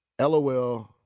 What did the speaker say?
LOL